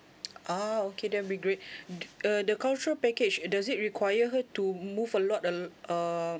ah okay that will be great err the cultural package does it require her to move a lot uh err